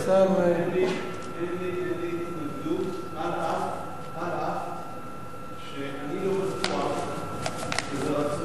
אין לי התנגדות, אף שאני לא בטוח שזה רצוי.